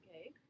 okay